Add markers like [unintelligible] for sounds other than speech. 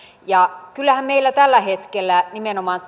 kyllähän meillä tällä hetkellä nimenomaan [unintelligible]